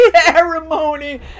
ceremony